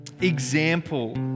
example